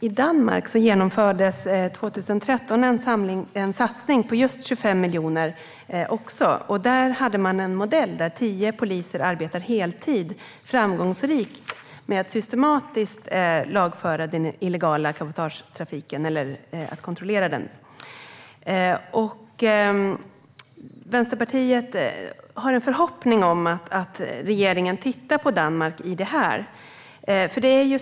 I Danmark genomfördes 2013 en satsning på just 25 miljoner. Där hade man en modell där tio poliser arbetade heltid - framgångsrikt - med att systematiskt lagföra, eller kontrollera, den illegala cabotagetrafiken. Vänsterpartiet har en förhoppning om att regeringen tittar på Danmark i detta fall.